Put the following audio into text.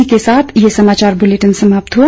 इसी के साथ ये समाचार बुलेटिन समाप्त हुआ